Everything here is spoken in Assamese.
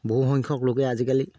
বহুসংখ্যক লোকে আজিকালি